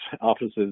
offices